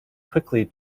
quickly